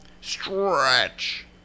Stretch